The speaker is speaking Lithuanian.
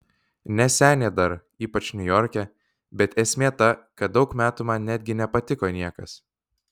ne senė dar ypač niujorke bet esmė ta kad daug metų man netgi nepatiko niekas